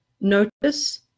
notice